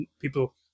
people